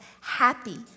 happy